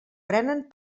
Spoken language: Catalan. prenen